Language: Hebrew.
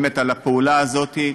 באמת על הפעולה הזאת,